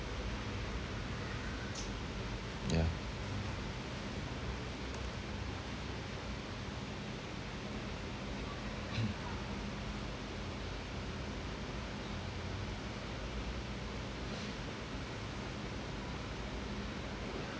yeah